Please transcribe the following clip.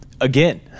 Again